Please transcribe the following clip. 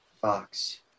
Fox